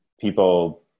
People